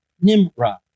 Nimrod